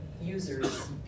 users